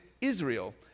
Israel